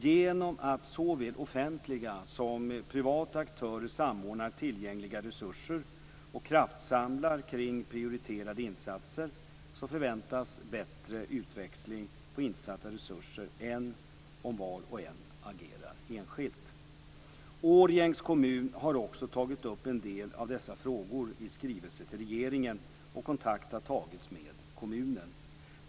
Genom att såväl offentliga som privata aktörer samordnar tillgängliga resurser och kraftsamlar kring prioriterade insatser förväntas bättre utväxling på insatta resurser än om var och en agerar enskilt. Årjängs kommun har också tagit upp en del av dessa frågor i skrivelser till regeringen, och kontakt har tagits med kommunen.